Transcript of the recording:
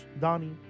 Donnie